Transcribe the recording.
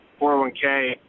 401k